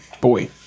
Boy